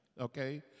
okay